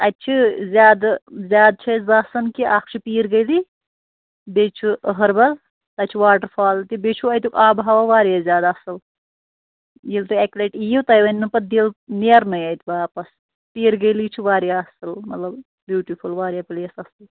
اَتہِ چھِ زیادٕ زیادٕ چھِ اَسہِ باسان کہِ اَکھ چھُ پیٖر گلی بیٚیہِ چھُ أہربَل تَتہِ چھُ واٹر فال تہِ بیٚیہِ چھُ اَتیُک آبہٕ ہوا واریاہ زیادٕ اَصٕل ییٚلہِ تُہۍ اَکہِ لَٹہِ یِیِو تۄہہِ ونٮ۪و پَتہٕ دِل نیرنٕے اَتہِ واپَس پیٖر گلی چھُ واریاہ اَصٕل مطلب بیٛوٗٹِفُل واریاہ پُلیس اَصٕل